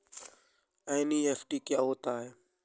NEFT क्या होता है?